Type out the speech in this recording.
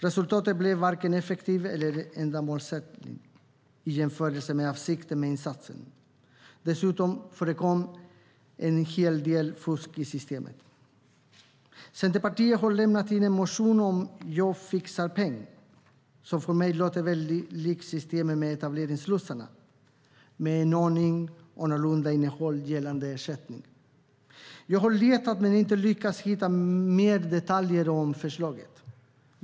Resultatet blev varken effektivt eller ändamålsenligt i jämförelse med avsikten med insatsen. Dessutom förekom en hel del fusk i systemet. Centerpartiet har lämnat in en motion om jobbfixarpeng, som för mig låter väldigt likt systemet med etableringslotsarna med en aning annorlunda innehåll gällande ersättningar. Jag har letat men inte lyckats hitta mer detaljer om förslaget.